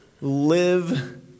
live